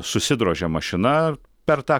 susidrožia mašina per tą